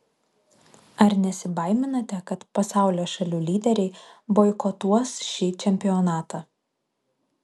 ar nesibaiminate kad pasaulio šalių lyderiai boikotuos šį čempionatą